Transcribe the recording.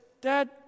Dad